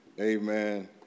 amen